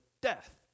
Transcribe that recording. death